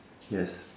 yes